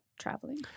traveling